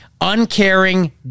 uncaring